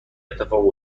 اتفاق